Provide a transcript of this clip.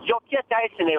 jokie teisiniai